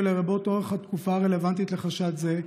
ולרבות לאורך התקופה הרלוונטית לחשד זה,